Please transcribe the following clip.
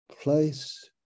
place